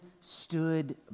stood